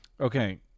Okay